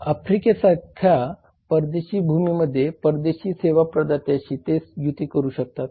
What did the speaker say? आफ्रिकेसारख्या परदेशी भूमीमध्ये परदेशी सेवा प्रदात्याशी ते युती करू शकतात